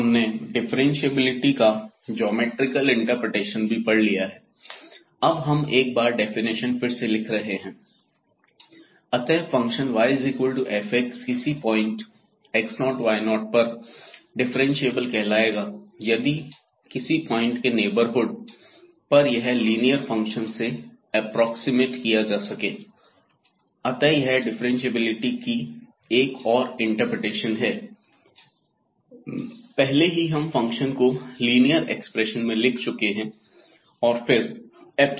अब हमने डिफ्रेंशिएबिलिटी का ज्योमैट्रिकल इंटरप्रिटेशन भी पढ़ लिया है हम एक बार डेफिनेशन फिर से लिख रहे हैं अतः फंक्शन yfकिसी पॉइंट x0 y0 पर डिफ्रेंशिएबल कहलायेगा यदि किसी पॉइंट के नेबर हुड पर यह लीनियर फंक्शन से एप्रोक्सीमेट किया जा सके अतः यह डिफरेंटशिएबिलिटी की एक और इंटरप्रिटेशन है पहले ही हम फंक्शन को लीनियर ऐक्सप्रेशन में लिख चुके हैं और फिरx